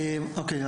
אוקיי,